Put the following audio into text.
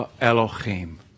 Elohim